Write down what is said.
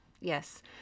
Yes